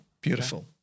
Beautiful